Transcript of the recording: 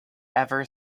ever